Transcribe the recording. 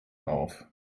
auf